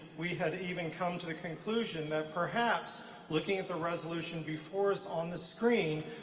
we had even come to the conclusion that perhaps looking at the resolution before us on the screen,